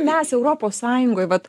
mes europos sąjungoj vat